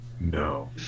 No